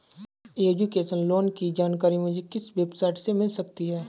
Education loan की जानकारी मुझे किस वेबसाइट से मिल सकती है?